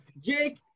Jake